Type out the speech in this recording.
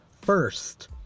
first